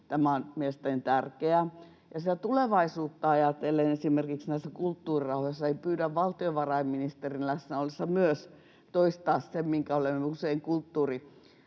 Tämä on mielestäni tärkeää. Sitä tulevaisuutta ajatellen esimerkiksi näissä kulttuurirahoissahan — pyydän valtiovarainministerin läsnä ollessa saada myös toistaa sen, minkä olemme usein kulttuuriministerin